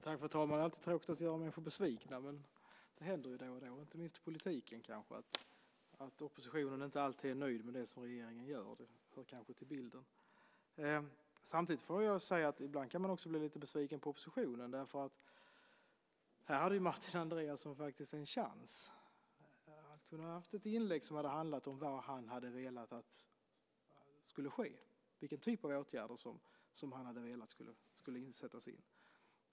Herr talman! Det är alltid tråkigt att göra människor besvikna, men det händer då och då, inte minst i politiken kanske, att oppositionen inte alltid är nöjd med det som regeringen gör. Det hör kanske till bilden. Samtidigt får jag säga att man ibland också kan bli lite besviken på oppositionen. Här hade Martin Andreasson en chans att göra ett inlägg som handlade om vad han hade velat skulle ske, vilken typ av åtgärder som han hade velat skulle sättas in.